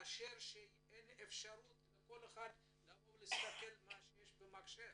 כשאין אפשרות לכל אחד להסתכל מה שיש במחשב,